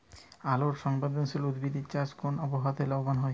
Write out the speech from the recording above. আলোক সংবেদশীল উদ্ভিদ এর চাষ কোন আবহাওয়াতে লাভবান হয়?